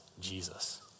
Jesus